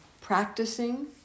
practicing